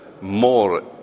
more